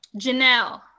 Janelle